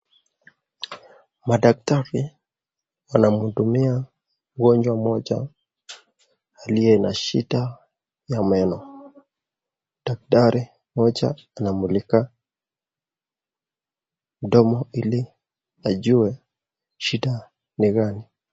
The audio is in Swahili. Madaktari wanamhudumia mgonjwa mmoja, aliye na shida ya meno. Daktari mmoja anamulika mdomo, ili ajue shida ni gani.